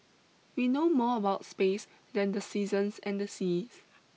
we know more about space than the seasons and seas